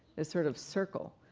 this sort of circle.